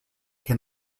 can